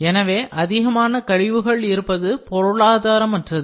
எனவே அதிகமான கழிவுகள் இருப்பது பொருளாதாரம் அற்றது